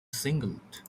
singled